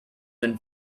than